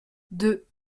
deux